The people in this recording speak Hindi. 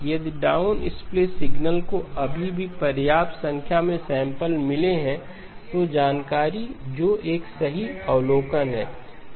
यदि डाउनस्प्ले सिग्नल को अभी भी पर्याप्त संख्या में सैंपल मिले हैं तो जानकारी जो एक सही अवलोकन है